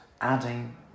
adding